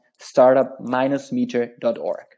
startup-meter.org